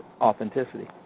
authenticity